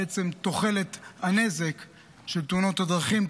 בעצם תוחלת הנזק של תאונות הדרכים.